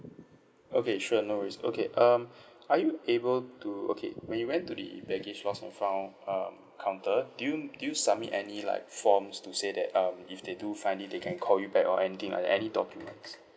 okay sure no worries okay um are you able to okay when you went to the baggage loss and found um counter do you do you think submit any like forms to say that um if they do find it they can call you back or anything like any documents